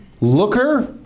Looker